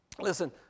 listen